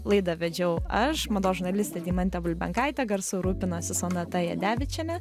laidą vedžiau aš mados žurnalistė deimantė bulbenkaitė garsu rūpinosi sonata jadevičienė